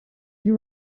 you